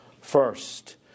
First